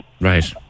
Right